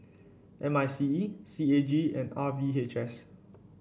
M I C E C A G and R V H S